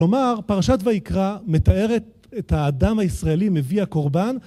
כלומר, פרשת ויקרא מתארת את האדם הישראלי מביא הקורבן